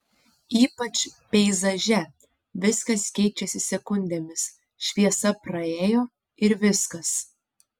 ypač peizaže viskas keičiasi sekundėmis šviesa praėjo ir viskas